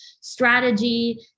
strategy